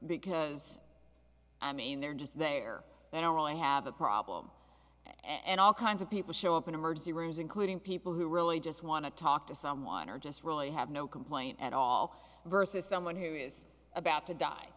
because i mean they're just there now i have a problem and all kinds of people show up in emergency rooms including people who really just want to talk to someone or just really have no complaint at all versus someone who is about to die